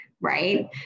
Right